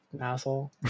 Asshole